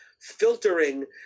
filtering